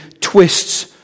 twists